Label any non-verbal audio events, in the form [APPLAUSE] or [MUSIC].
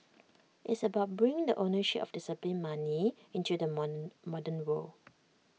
it's about bringing the ownership of disciplined money into the [UNINTELLIGIBLE] modern world